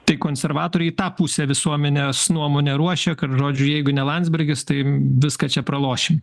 tai konservatoriai tą pusę visuomenės nuomonę ruošia kad žodžiu jeigu ne landsbergis tai viską čia praloši